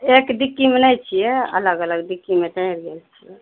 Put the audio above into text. एक डिक्कीमऽ नहि छियै अलग अलग डिक्कीमऽ चढ़ि गेल छियै